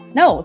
no